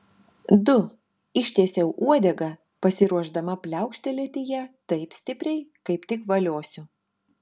du ištiesiau uodegą pasiruošdama pliaukštelėti ja taip stipriai kaip tik valiosiu